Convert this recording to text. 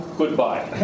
goodbye